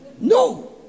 No